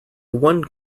one